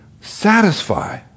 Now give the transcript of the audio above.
Satisfy